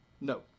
no